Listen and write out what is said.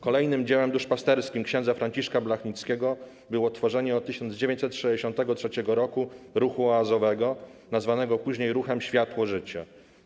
Kolejnym dziełem duszpasterskim ks. Franciszka Blachnickiego było tworzenie od 1963 roku ruchu oazowego, nazwanego później Ruchem Światło-Życie.